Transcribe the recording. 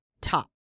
top